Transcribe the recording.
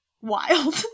wild